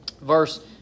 Verse